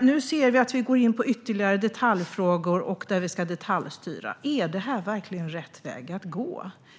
Nu ser vi att vi går in på ytterligare frågor där vi ska detaljstyra. Är detta verkligen rätt väg att gå?